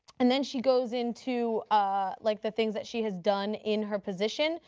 and then she goes into ah like the things that she has done in her position,